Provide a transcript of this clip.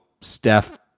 Steph